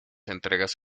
entregas